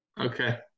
okay